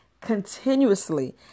continuously